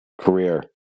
career